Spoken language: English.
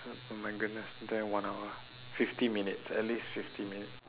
oh my goodness we doing one hour fifty minutes at least fifty minutes